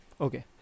okay